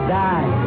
die